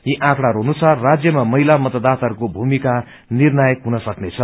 यी आँकड़ाहरू अनुसार राज्यमा महिला मतदाताहरूको भूमिका निर्णयक हुन सक्नेछ